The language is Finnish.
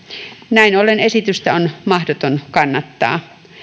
näin ollen esitystä on mahdotonta kannattaa